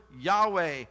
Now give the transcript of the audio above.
Yahweh